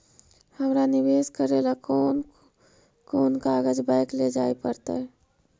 हमरा निवेश करे ल कोन कोन कागज बैक लेजाइ पड़तै?